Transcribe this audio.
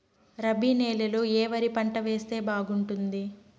రబి నెలలో ఏ వరి పంట వేస్తే బాగుంటుంది